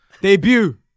debut